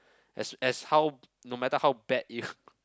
as as how no matter how bad it